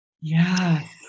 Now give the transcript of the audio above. Yes